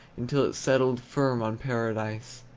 until it settled firm on paradise.